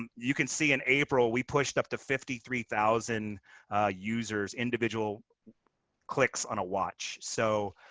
um you can see in april, we pushed up to fifty three thousand users, individual clicks, on a watch. so